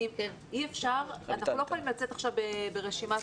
אנחנו לא יכולים לצאת עכשיו ברשימת,